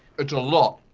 it's a lot,